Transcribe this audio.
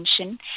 attention